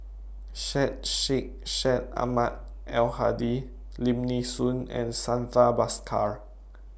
Syed Sheikh Syed Ahmad Al Hadi Lim Nee Soon and Santha Bhaskar